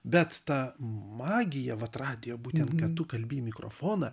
bet ta magija vat radijo būtent kad tu kalbi į mikrofoną